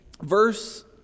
verse